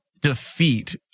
defeat